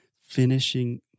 finishing